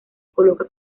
coloca